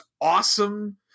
awesome